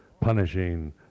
punishing